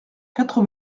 quatre